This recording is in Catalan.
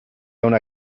una